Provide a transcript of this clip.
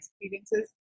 experiences